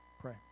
pray